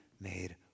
made